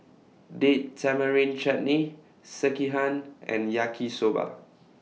Date Tamarind Chutney Sekihan and Yaki Soba